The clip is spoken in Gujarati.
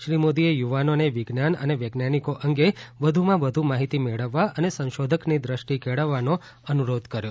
શ્રી મોદીએ યુવાનોને વિજ્ઞાન અને વૈજ્ઞાનિકો અંગે વધુમાં વધુ માહિતી મેળવવા અને સંશોધકની દ્રષ્ટિ કેળવવાનો અનુરોધ કર્યો